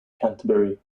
canterbury